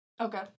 Okay